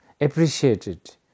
appreciated